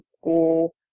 school